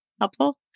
Helpful